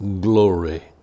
glory